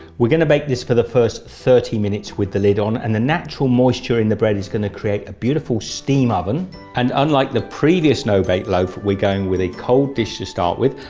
we're going to bake this for the first thirty minutes with the lid on and the natural moisture in the bread is going to create a beautiful steam oven and unlike the previous no knead loaf we're going with a cold dish to start with,